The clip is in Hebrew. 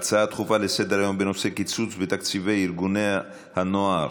ההצעה הדחופה לסדר-היום בנושא קיצוץ בתקציבי ארגוני הנוער